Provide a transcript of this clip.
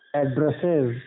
addresses